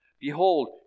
Behold